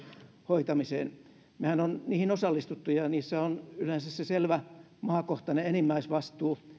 hoitamiseen mehän olemme niihin osallistuneet ja ja niissä on yleensä se selvä maakohtainen enimmäisvastuu